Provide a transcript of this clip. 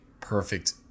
perfect